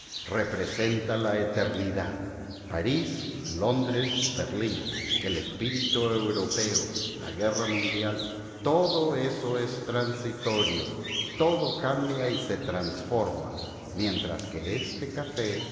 representa la eternidad parís londres berlín el espíritu europeo la guerra mundial todo eso es transitorio todo cambia y se transforma mientras que este café